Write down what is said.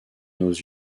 nos